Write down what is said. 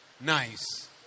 Nice